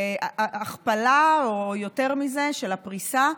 והכפלה או יותר מזה של הפריסה.